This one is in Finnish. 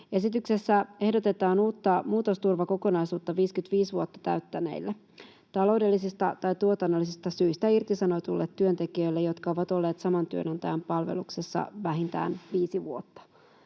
Esityksessä ehdotetaan uutta muutosturvakokonaisuutta 55 vuotta täyttäneille taloudellisista tai tuotannollisista syistä irtisanotuille työntekijöille, jotka ovat olleet saman työnantajan palveluksessa vähintään viisi vuotta.